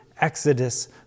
Exodus